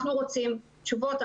אנחנו רוצים תשובות.